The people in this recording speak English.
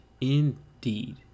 Indeed